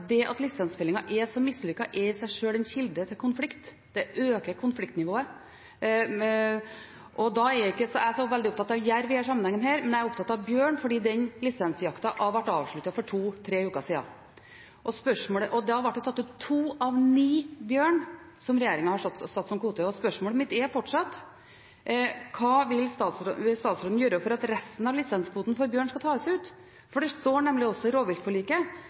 er så mislykket, er i seg sjøl en kilde til konflikt – det øker konfliktnivået. Jeg er ikke så veldig opptatt av jerv i denne sammenhengen, men jeg er opptatt av bjørn, fordi den lisensjakta ble avsluttet for to–tre uker siden. Da ble det tatt ut to av ni bjørn, som regjeringen har satt som kvote. Og spørsmålet mitt er fortsatt: Hva vil statsråden gjøre for at resten av lisenskvoten for bjørn skal tas ut? For det står nemlig også i rovviltforliket